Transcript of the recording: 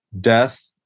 death